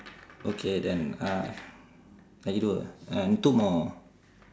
okay then uh lagi dua two more